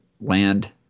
land